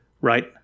right